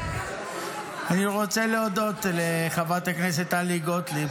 אני רוצה להודות לחברת הכנסת טלי גוטליב,